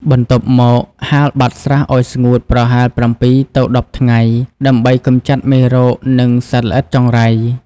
បន្ទាប់មក ហាលបាតស្រះឲ្យស្ងួតប្រហែល ៧ ទៅ ១០ ថ្ងៃ ដើម្បីកម្ចាត់មេរោគ និងសត្វល្អិតចង្រៃ។